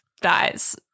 dies